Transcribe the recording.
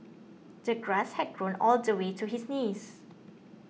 the grass had grown all the way to his knees